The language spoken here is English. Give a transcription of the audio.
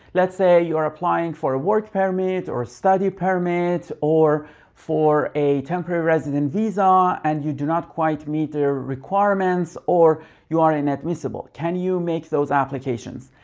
let's say you're applying for a work permit or study permit or for a temporary resident visa and you do not quite meet their requirements or you are inadmissible. can you make those applications?